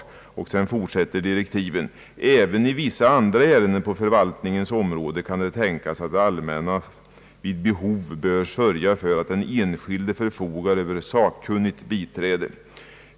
I direktiven anföres vidare: »Ääven i vissa andra ärenden på förvaltningens område kan det tänkas att det allmänna vid behov bör sörja för att den enskilde förfogar över sakkunnigt biträde.